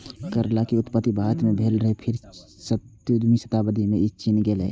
करैला के उत्पत्ति भारत मे भेल रहै, फेर चौदहवीं शताब्दी मे ई चीन गेलै